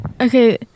Okay